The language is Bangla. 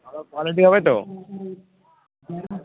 ভালো কোয়ালিটি হবে তো